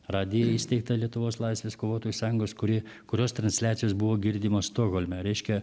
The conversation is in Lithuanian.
radija įsteigta lietuvos laisvės kovotojų sąjungos kuri kurios transliacijos buvo girdimos stokholme reiškia